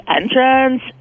entrance